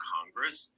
Congress